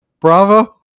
Bravo